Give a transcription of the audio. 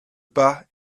pas